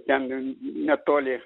ten netoli